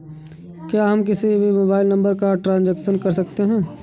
क्या हम किसी भी मोबाइल नंबर का ट्रांजेक्शन कर सकते हैं?